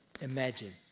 imagine